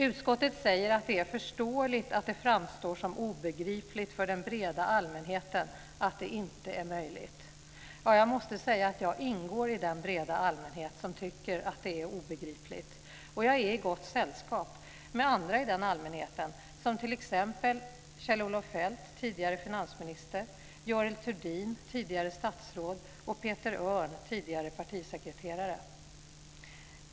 Utskottet säger att det är förståeligt att det framstår som obegripligt för den breda allmänheten att det inte är möjligt. Jag måste säga att jag ingår i den breda allmänhet som tycker att det är obegripligt. Jag är i gott sällskap med andra i den allmänheten, t.ex.